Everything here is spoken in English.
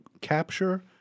capture